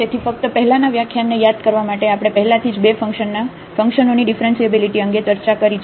તેથી ફક્ત પહેલાનાં વ્યાખ્યાનને યાદ કરવા માટે આપણે પહેલાથી જ બે ફંકશનના ફંકશનોની ડીફરન્શીએબીલીટી અંગે ચર્ચા કરી છે